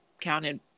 counted